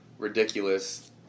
ridiculous